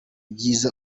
ibyiza